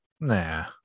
Nah